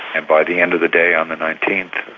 and by the end of the day, on the nineteenth,